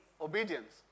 Obedience